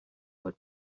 would